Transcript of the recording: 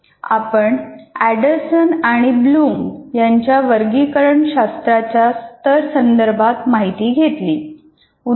आपण अँडरसन आणि ब्लूम यांच्या वर्गीकरण शास्त्राच्या स्तर संदर्भात माहिती घेतली